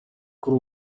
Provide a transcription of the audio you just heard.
kuri